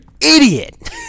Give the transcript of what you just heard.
idiot